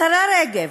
השרה רגב,